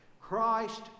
christ